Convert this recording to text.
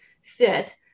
sit